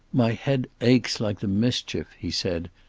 my head aches like the mischief, he said,